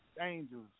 Angels